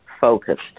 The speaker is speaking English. focused